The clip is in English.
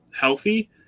healthy